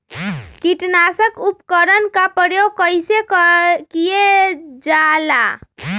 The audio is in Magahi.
किटनाशक उपकरन का प्रयोग कइसे कियल जाल?